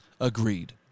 Agreed